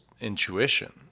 intuition